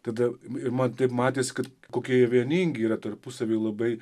tada ir man taip matėsi kad kokie jie vieningi yra tarpusavy labai